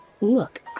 Look